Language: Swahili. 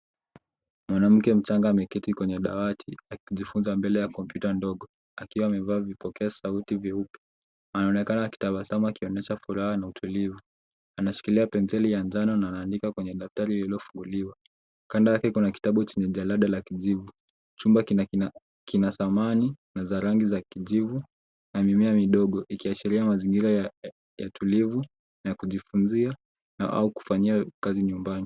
Mwanamke mchanga ameketi kwenye dawati akijifunza mbele ya kompyuta ndogo akiwa amevaa vipokea sauti vyeupe anaonekena akitabasamu akiwa na furaha na utulivu anashikilia penseli ya manjano na anaandika kwenye daftari lililofunguliwa kando yake kuna daftari ya rangi ya kijivu chumba kina samani za rangi ya kijivu na mimea midogo ikiashiria mazingira ya utulivu na kujifunzia au kufanyia kazi nyumbani.